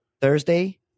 Thursday